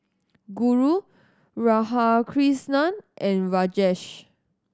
Guru Radhakrishnan and Rajesh